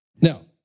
Now